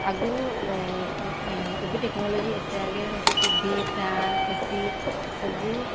ଆଗରୁ ଏବେ ଟେକ୍ନୋଲୋଜି ଏତିକି ଆଗେଇଗଲାଣି କି ଟିଭି ଫ୍ୟାନ୍ ଏସି ଏହି ସବୁ